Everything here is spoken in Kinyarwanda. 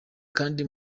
kandi